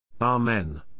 Amen